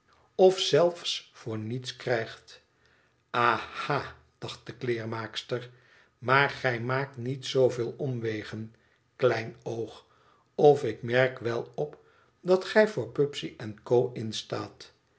of zelfs voor niets krijgt aha dacht de kleermaakster maar gij maakt niet zooveel omwegen kleinoog of ik merk wel op dat gij voor pubsey en co instaat